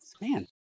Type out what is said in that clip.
man